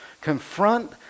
Confront